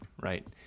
right